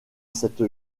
cette